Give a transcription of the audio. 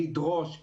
לדרוש,